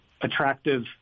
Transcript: attractive